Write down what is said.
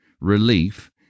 relief